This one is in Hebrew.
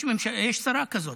יש שרה כזאת,